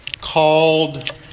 called